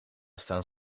staan